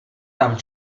tam